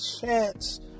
chance